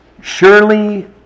Surely